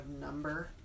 number